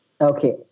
Okay